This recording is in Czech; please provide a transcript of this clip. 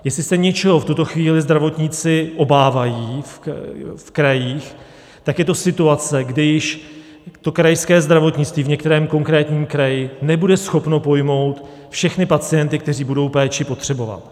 Jestli se něčeho v tuto chvíli zdravotníci obávají v krajích, tak je to situace, kdy již krajské zdravotnictví v některém konkrétním kraji nebude schopno pojmout všechny pacienty, kteří budou péči potřebovat.